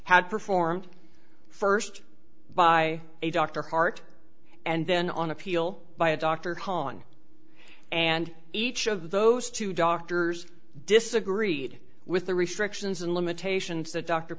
had performed first by a doctor heart and then on appeal by a doctor haun and each of those two doctors disagreed with the restrictions and limitations th